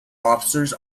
officers